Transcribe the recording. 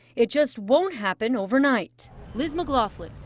it just won't happen overnight liz mclaughlin,